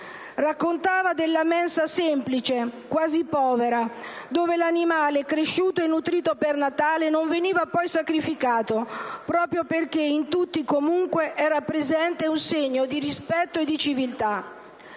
Raccontava della mensa semplice, quasi povera, dove l'animale cresciuto e nutrito per Natale non veniva poi sacrificato, proprio perché in tutti era comunque presente un segno di rispetto e di civiltà.